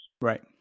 Right